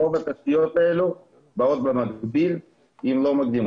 רוב התשתיות האלו באות במקביל אם לא קודם